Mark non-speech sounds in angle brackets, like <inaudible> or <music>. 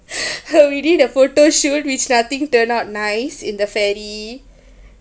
<breath> oh we did the photo shoot which nothing turn out nice in the ferry